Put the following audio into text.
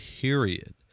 period